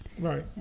Right